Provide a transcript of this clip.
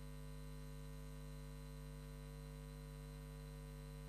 16:00. ישיבה ישיבה זו נעולה.